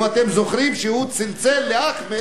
אם אתם זוכרים, שהוא צלצל לאחמד.